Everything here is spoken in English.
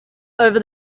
over